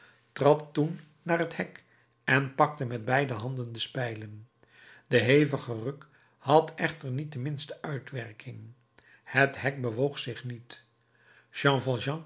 trad toen naar het hek en pakte met beide handen de spijlen de hevige ruk had echter niet de minste uitwerking het hek bewoog zich niet